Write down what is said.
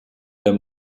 der